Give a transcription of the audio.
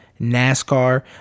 NASCAR